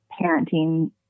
parenting